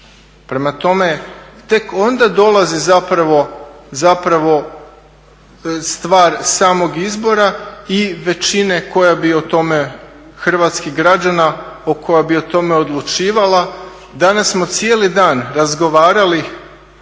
Prema tome tek onda dolazi zapravo stvar samog izbora i većina koja bi o tome, hrvatskih građana, koja bi o tome odlučivala. Danas smo cijeli dan razgovarali